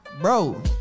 Bro